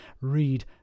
read